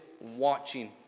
watching